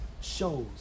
shows